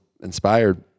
inspired